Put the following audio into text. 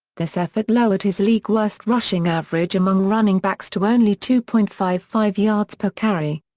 this effort lowered his league-worst rushing average among running backs to only two point five five yards per carry.